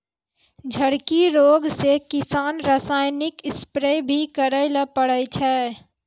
झड़की रोग से किसान रासायनिक स्प्रेय भी करै ले पड़ै छै